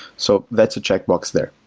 so that's a checkbox there.